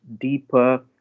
deeper